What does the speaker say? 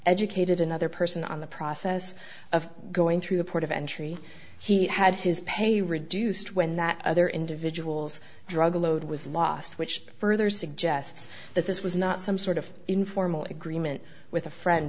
educated another person on the process of going through the port of entry he had his pay reduced when that other individuals drug load was lost which further suggests that this was not some sort of informal agreement with a friend